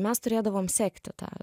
mes turėdavom sekti tą